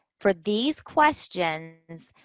for these questions,